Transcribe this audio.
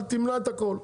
אל תמנע את הכל,